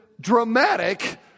dramatic